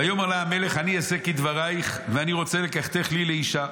ויאמר לה המלך: אני אעשה כדברייך ואני רוצה לקחתך לי לאישה.